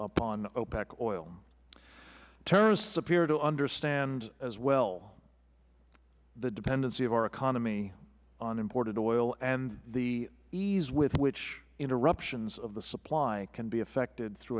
on opec oil terrorists appear to understand as well the dependency of our economy on imported oil and the ease with which interruptions of the supply can be affected through